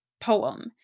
poem